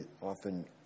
often